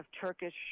Turkish